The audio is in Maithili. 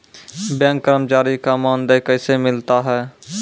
बैंक कर्मचारी का मानदेय कैसे मिलता हैं?